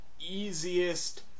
easiest